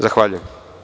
Zahvaljujem.